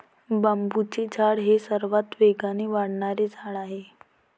बांबूचे झाड हे सर्वात वेगाने वाढणारे झाड आहे